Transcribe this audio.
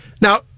Now